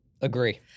Agree